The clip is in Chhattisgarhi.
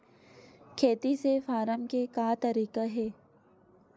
खेती से फारम के का तरीका हे?